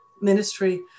ministry